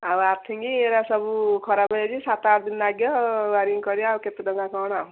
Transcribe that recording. ଆଉ ଆର୍ଥିଂ ଏଗୁଡ଼ା ସବୁ ଖରାପ ହୋଇଛି ସାତ ଆଠ ଦିନ ଲାଗିବ ୱାରିଗିଂ କରିବା ଆଉ କେତେ ଟଙ୍କା କ'ଣ